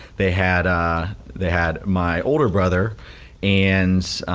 they had ah they had my older brother and